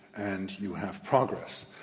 and you have progress.